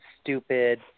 stupid